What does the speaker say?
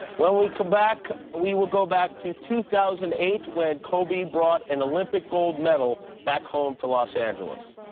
when we come back, we will go back to two thousand and eight, when kobe brought an olympic gold medal back home to los angeles.